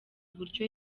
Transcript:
buryo